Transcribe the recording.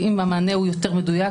ואם המענה הוא יותר מדויק,